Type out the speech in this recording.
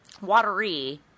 Watery